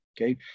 okay